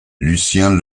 lucien